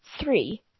three